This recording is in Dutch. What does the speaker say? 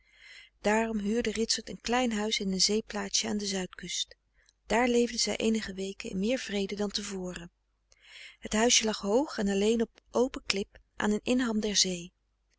huurde ritsert een klein huis in een zeeplaatsje aan de zuidkust daar leefden zij eenige weken in meer vrede dan te voren het huisje lag frederik van eeden van de koele meren des doods hoog en alleen op open klip aan een inham der zee